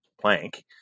plank